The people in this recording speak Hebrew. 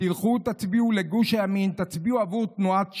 תלכו, תצביעו לגוש הימין, תצביעו עבור תנועת ש"ס,